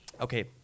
Okay